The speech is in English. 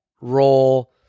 roll